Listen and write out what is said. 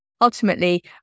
ultimately